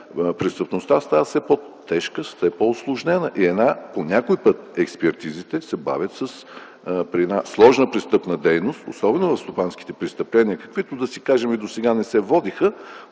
престъпността става все по-тежка, все по-усложнена и някой път експертизите се бавят. При една сложна престъпна дейност, особено в стопанските престъпления, които досега не се водиха